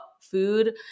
food